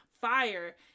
fire